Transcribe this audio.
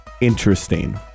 interesting